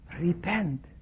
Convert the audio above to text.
Repent